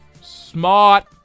smart